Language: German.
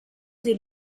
sie